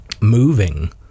moving